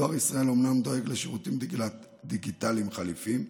דואר ישראל אומנם דואג לשירותים דיגיטליים חליפיים,